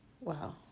wow